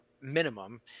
minimum